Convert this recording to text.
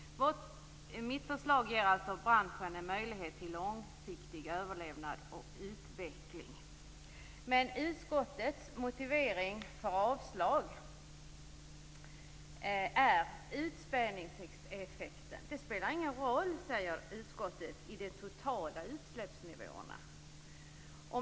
Mitt förslag ger alltså branschen en möjlighet till långsiktig överlevnad och utveckling. Men utskottets motivering för avslag är utspädningseffekten. Utsläppen från tävlingsbilarna spelar ingen roll, säger utskottet, för de totala utsläppsnivåerna.